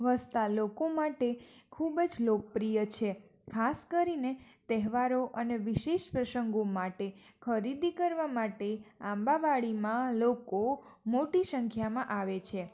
વસતા લોકો માટે ખૂબ જ લોકપ્રિય છે ખાસ કરીને તહેવારો અને વિશેષ પ્રસંગો માટે ખરીદી કરવા માટે આંબાવાડીમાં લોકો મોટી સંખ્યામાં આવે છે